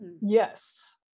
Yes